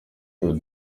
tour